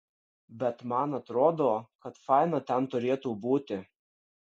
bet man atrodo kad faina ten turėtų būti